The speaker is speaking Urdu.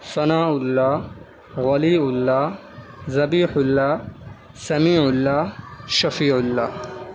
Sana Allah Waliullah Zabihullah Samiullah Shafi Allah